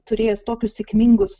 turės tokius sėkmingus